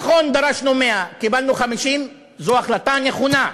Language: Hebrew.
נכון, דרשנו 100, קיבלנו 50. זו החלטה נכונה.